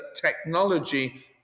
technology